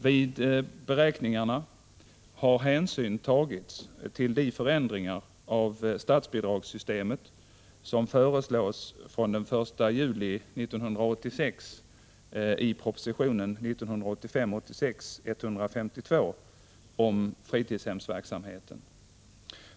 Vid beräkningarna har hänsyn tagits till de förändringar av statsbidragssystemet som föreslås från den 1 juli 1986 i propositionen om fritidshemsverksamheten.